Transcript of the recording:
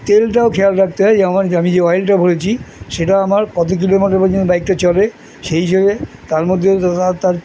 তেলটাও খেয়াল রাখতে হয় আমার আমি যে অয়েলটা বলেছি সেটা আমার কত কিলোমিটার পর্যন্ত বাইকটা চলে সেই হিসেবে তার মধ্যে তার